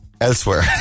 elsewhere